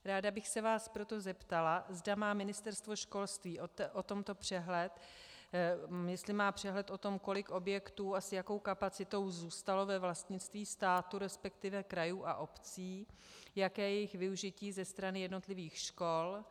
Ráda bych se vás proto zeptala, zda má Ministerstvo školství o tomto přehled, jestli má přehled o tom, kolik objektů a s jakou kapacitou zůstalo ve vlastnictví státu, resp. krajů a obcí, jaké je jejich využití ze strany jednotlivých škol.